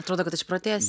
atrodo kad išprotės